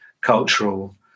cultural